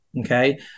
Okay